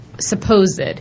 Supposed